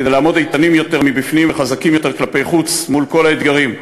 כדי לעמוד איתנים יותר מבפנים וחזקים יותר כלפי חוץ מול כל האתגרים,